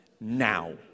now